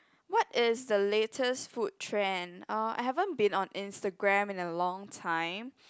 what is the latest food trend uh I haven't been on Instagram in a long time